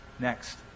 Next